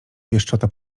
pieszczota